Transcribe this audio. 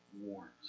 warns